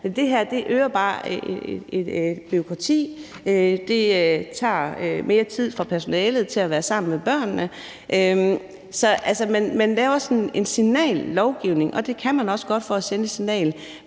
det her øger bare et bureaukrati, og det tager mere tid fra personalet i forhold til at være sammen med børnene. Så man laver sådan en signallovgivning, og det kan man også godt gøre for at sende et signal,